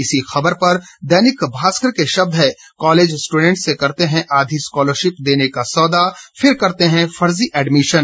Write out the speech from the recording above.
इसी खबर पर दैनिक भारकर के शब्द हैं कॉलेज स्ट्रडेंट से करते हैं आधी स्कॉलरशिप देने का सौदा फिर करते हैं फर्जी एडमिशन